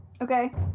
okay